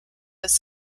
was